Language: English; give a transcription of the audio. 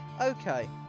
Okay